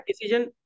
decision